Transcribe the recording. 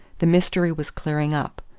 the mystery was clearing up.